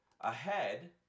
Ahead